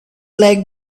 like